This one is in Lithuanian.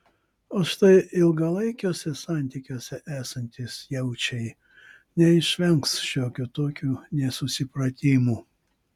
o štai ilgalaikiuose santykiuose esantys jaučiai neišvengs šiokių tokių nesusipratimų